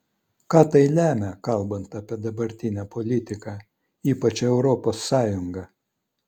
ką tai lemia kalbant apie dabartinę politiką ypač europos sąjungą